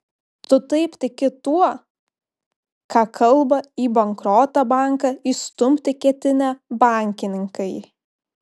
tu taip tiki tuo ką kalba į bankrotą banką įstumti ketinę bankininkai